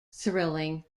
thrilling